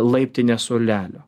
laiptinės suolelio